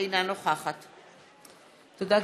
אינה נוכחת תודה,